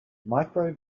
micro